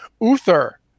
Uther